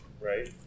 Right